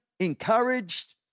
encouraged